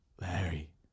Larry